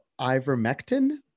ivermectin